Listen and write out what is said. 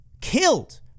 killed